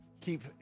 keep